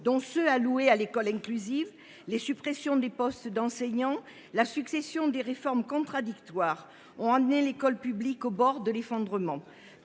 sont dédiés à l’école inclusive, les suppressions de postes d’enseignants et la succession de réformes contradictoires, ont mené l’école publique au bord de l’effondrement.